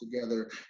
together